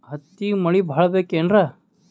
ಹತ್ತಿಗೆ ಮಳಿ ಭಾಳ ಬೇಕೆನ್ರ?